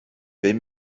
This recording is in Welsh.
bum